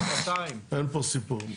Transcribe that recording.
אין פה סיפור.